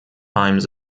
times